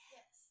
Yes